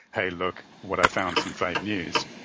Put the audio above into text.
hey look what i found, some fake news.